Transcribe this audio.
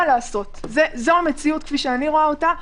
זו המציאות כפי שאני רואה אותה.